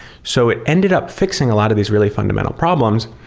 so it ended up fixing a lot of these really fundamental problems,